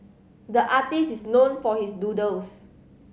the artist is known for his doodles